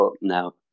No